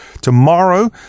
tomorrow